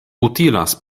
utilas